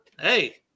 hey